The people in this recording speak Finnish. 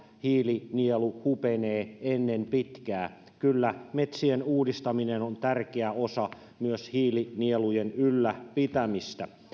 hiilinielu hupenee ennen pitkää kyllä metsien uudistaminen on tärkeä osa myös hiilinielujen ylläpitämistä